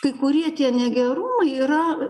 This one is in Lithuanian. kai kurie tie negero yra